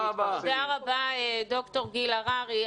תודה רבה ד"ר גיל הררי.